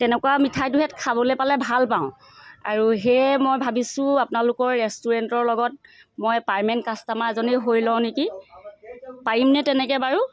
তেনেকুৱা মিঠাইটোহেঁত খাবলৈ পালে ভাল পাওঁ আৰু সেয়ে মই ভাবিছোঁ আপোনালোকৰ ৰেষ্টুৰেণ্টৰ লগত মই পাৰ্মানেণ্ট কাষ্টমাৰ এজনেই হৈ লওঁ নেকি পাৰিমনে তেনেকৈ বাৰু